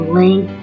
link